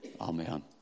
Amen